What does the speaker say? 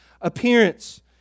appearance